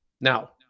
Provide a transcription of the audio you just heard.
Now